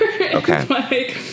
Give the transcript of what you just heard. Okay